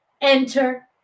enter